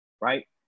right